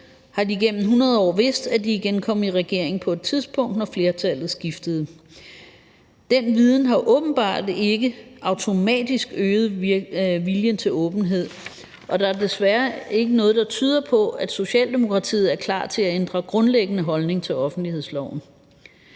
har de igennem 100 år vidst, at de igen kom i regering på et tidspunkt, når flertallet skiftede. Den viden har åbenbart ikke automatisk øget viljen til åbenhed, og der er desværre ikke noget, der tyder på, at Socialdemokratiet er klar til at ændre grundlæggende holdning til offentlighedsloven.